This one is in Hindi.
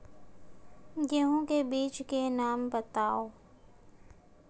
गेहूँ के बीजों के नाम बताओ?